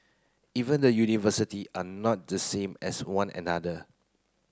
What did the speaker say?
even the university are not the same as one another